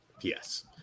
Yes